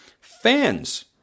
Fans